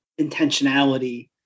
intentionality